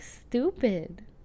stupid